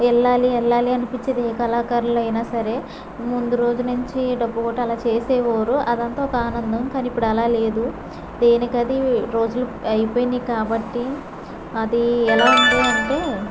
వెళ్ళాలి వెళ్ళాలి అనిపించేది ఏ కళాకారులు అయిన సరే ముందు రోజు నుంచి డప్పు కొట్టి అలా చేసేవారు అదంతా ఒక ఆనందం కాని ఇప్పుడు అలా లేదు దేనికది రోజులు అయ్యిపోయినాయి కాబట్టి అది ఎలా ఉంది అంటే